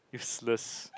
useless